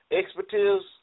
expertise